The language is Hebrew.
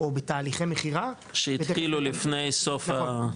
או בתהליכי מכירה --- שהתחילו לפני סוף ה- נכון.